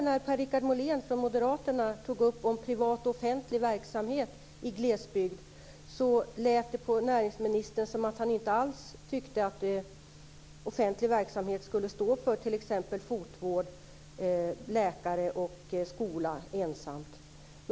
När Per-Richard Molén från Moderaterna tidigare tog upp frågan om privat och offentlig verksamhet i glesbygd lät det som om näringsministern inte alls tyckte att offentlig verksamhet ensam skall stå för t.ex. fotvård, läkarvård och skola.